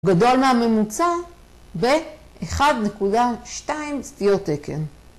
‫גדול מהממוצע ב-1.2 סטיות-תקן.